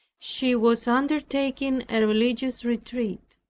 she was undertaking a religious retreat.